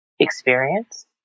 Experience